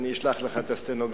אני אשלח לך את הסטנוגרמה.